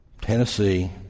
Tennessee